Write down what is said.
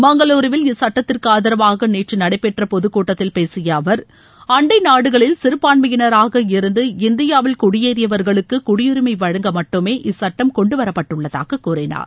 மங்களுருவில் இச்சுட்டத்திற்கு ஆதரவாக நேற்று நடைபெற்ற பொதுக் கூட்டத்தில் பேசிய அவர் அண்டை நாடுகளில் சிறுபான்மையினராக இருந்து இந்தியாவில் குடியேறியவர்களுக்கு குடியுரிமை வழங்க மட்டுமே இச்சுட்டம் கொண்டு வரப்பட்டுள்ளதாக கூறினார்